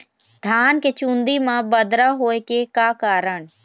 धान के चुन्दी मा बदरा होय के का कारण?